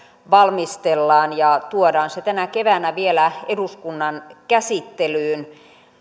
valmistellaan ja tuodaan se tänä keväänä vielä eduskunnan käsittelyyn